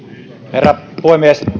herra puhemies